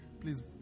Please